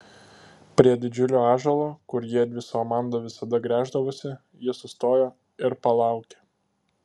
prie didžiulio ąžuolo kur jiedvi su amanda visada gręždavosi ji sustojo ir palaukė